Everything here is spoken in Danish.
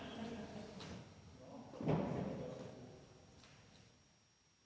Tak